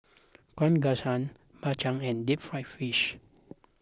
Kuih Kaswi Bak Chang and Deep Fried Fish